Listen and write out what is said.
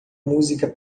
música